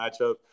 matchup